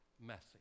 message